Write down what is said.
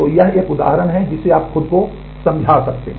तो यह एक उदाहरण है जिसे आप खुद को समझा सकते हैं